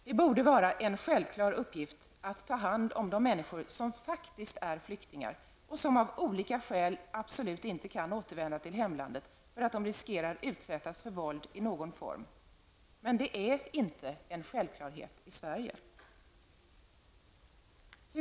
Det borde vara en självklar uppgift att ta hand om de människor som faktiskt är flyktingar och som av olika skäl absolut inte kan återvända till hemlandet eftersom de riskerar att utsättas för våld i någon form där. Men det är inte en självklarhet i Sverige.